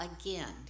again